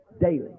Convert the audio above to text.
daily